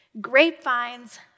Grapevines